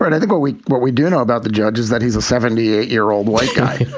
i think what we what we do know about the judge is that he's a seventy eight year old white guy.